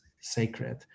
sacred